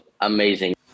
amazing